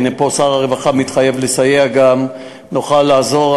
הנה פה שר הרווחה מתחייב לסייע גם, נוכל לעזור.